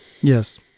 Yes